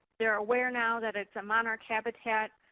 they're aware now that it's a monarch habitat.